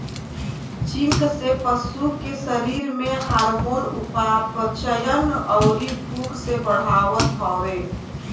zinc से पशु के शरीर में हार्मोन, उपापचयन, अउरी भूख के बढ़ावत हवे